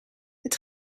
het